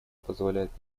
позволяет